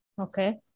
okay